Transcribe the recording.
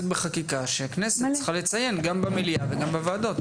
בחקיקה שהכנסת צריכה לציין גם במליאה וגם בוועדות,